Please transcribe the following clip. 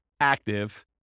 active